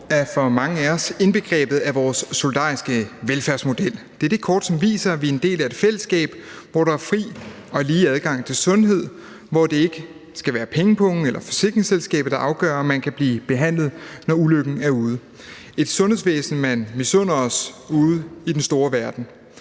er for mange af os indbegrebet af vores solidariske velfærdsmodel. Det er det kort, som viser, at vi er en del af et fællesskab, hvor der er fri og lige adgang til sundhed; hvor det ikke skal være pengepungen eller forsikringsselskabet, der afgør, om man kan blive behandlet, når ulykken er ude – et sundhedsvæsen, man misunder os ude i den store verden.